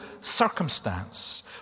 circumstance